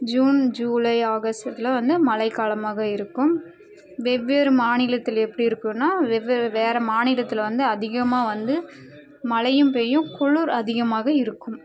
June July August இதுலாம் வந்து மழைக்காலமாக இருக்கும் வெவ்வேறு மாநிலத்தில எப்படி இருக்குதுன்னா வெவ்வே வேற மாநிலத்தில் வந்து அதிகமாக வந்து மழையும் பெய்யும் குளிர் அதிகமாக இருக்கும்